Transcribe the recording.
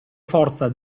forza